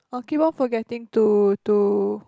I keep on forgetting to to